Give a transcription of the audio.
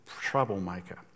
troublemaker